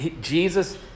Jesus